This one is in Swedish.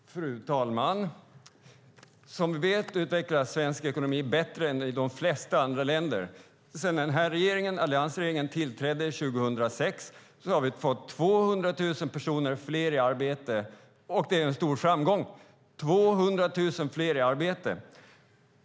Fru talman! Som vi vet utvecklas svensk ekonomi bättre än de flesta andra länders. Sedan alliansregeringen tillträdde 2006 har vi fått 200 000 fler i arbete. Det är en stor framgång.